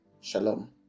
Shalom